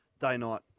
day-night